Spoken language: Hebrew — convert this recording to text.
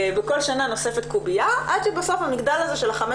בכל שנה נוספת קובייה עד שבסוף המגדל הזה של חמש